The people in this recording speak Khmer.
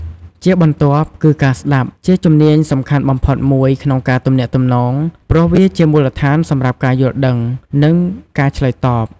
ជាបន្ទាប់ គឺការស្ដាប់ ជាជំនាញសំខាន់បំផុតមួយក្នុងការទំនាក់ទំនង ព្រោះវាជាមូលដ្ឋានសម្រាប់ការយល់ដឹង និងការឆ្លើយតប។